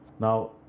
Now